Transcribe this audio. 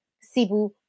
sibu